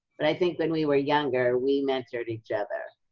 but i think when we were younger, we mentored each other.